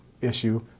issue